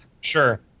Sure